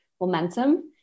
momentum